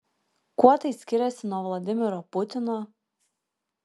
kuo tai skiriasi nuo vladimiro putino